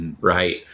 Right